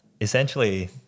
essentially